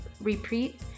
Repeat